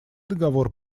договор